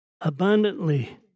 abundantly